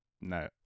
No